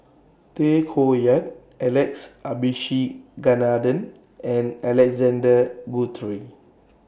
Tay Koh Yat Alex Abisheganaden and Alexander Guthrie